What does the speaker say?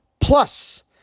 plus